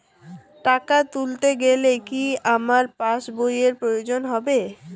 টাকা তুলতে গেলে কি আমার পাশ বইয়ের প্রয়োজন হবে?